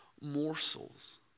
morsels